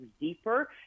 deeper